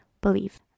Believe